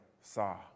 saw